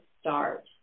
start